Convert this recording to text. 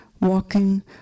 walking